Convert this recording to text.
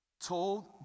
told